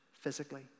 physically